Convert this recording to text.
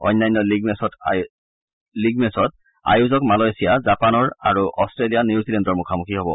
অন্যান্য লীগ মেচত আয়োজন মালয়েছিয়া জাপানৰ আৰু অট্টেলিয়া নিউজিলেণ্ডৰ মুখামুখি হ'ব